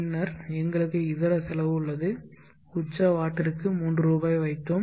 பின்னர் எங்களுக்கு இதர செலவு உள்ளது உச்ச வாட்டிற்கு 3 ரூபாய் வைத்தோம்